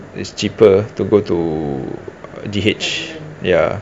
it's cheaper to go to G_H ya